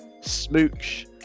smooch